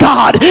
God